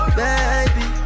baby